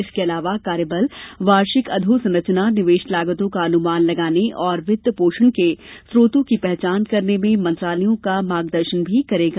इसके अलावा कार्यबल वार्षिक अधोसंरचना निवेश लागतों का अनुमान लगाने और वित्त पोषण के श्रोतों की पहचान करने में मंत्रालयों का मार्गदर्शन भी करेगा